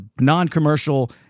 non-commercial